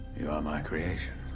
you are my creation.